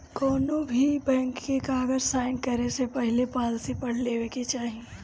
कौनोभी बैंक के कागज़ साइन करे से पहले पॉलिसी पढ़ लेवे के चाही